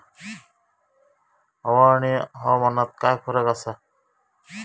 हवा आणि हवामानात काय फरक असा?